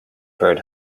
bird